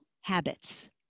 habits